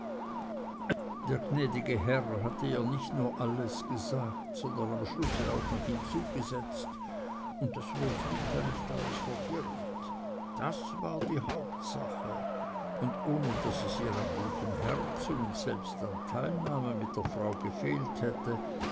der gnädige herr hatte ihr nicht nur alles gesagt sondern am schluß auch noch hinzugesetzt und daß roswitha nicht alles verdirbt das war die hauptsache und ohne daß es ihr an gutem herzen und selbst an teilnahme mit der frau gefehlt hätte